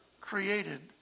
created